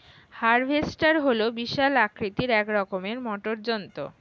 harvester হল বিশাল আকৃতির এক রকমের মোটর যন্ত্র